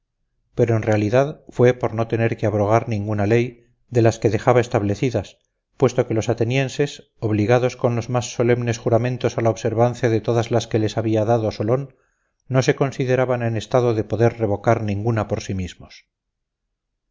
pero en realidad fue por no tener que abrogar ninguna ley de las que dejaba establecidas puesto que los atenienses obligados con los más solemnes juramentos a la observancia de todas las que les había dado solón no se consideraban en estado de poder revocar ninguna por sí mismos